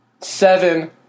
seven